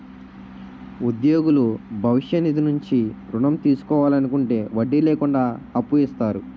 ఉద్యోగులు భవిష్య నిధి నుంచి ఋణం తీసుకోవాలనుకుంటే వడ్డీ లేకుండా అప్పు ఇస్తారు